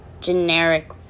generic